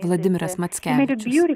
vladimiras mackevičius